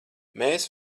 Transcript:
mēs